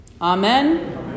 Amen